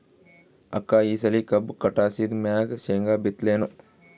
ಅಕ್ಕ ಈ ಸಲಿ ಕಬ್ಬು ಕಟಾಸಿದ್ ಮ್ಯಾಗ, ಶೇಂಗಾ ಬಿತ್ತಲೇನು?